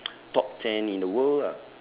top ten in the world lah